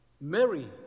Mary